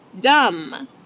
Dumb